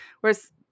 Whereas